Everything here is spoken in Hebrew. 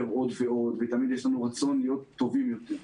עוד ועוד ותמיד יש לנו רצון להיות טובים יותר,